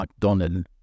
McDonnell